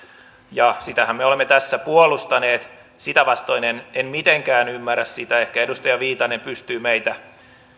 ja sitähän me olemme tässä puolustaneet sitä vastoin en en mitenkään ymmärrä sitä ehkä edustaja viitanen pystyy meitä